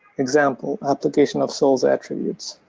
example application of souls attributes.